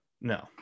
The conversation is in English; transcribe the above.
No